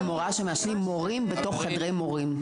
מורה שמעשנים מורים בתוך חדרי מורים.